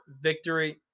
victory